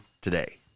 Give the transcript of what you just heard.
today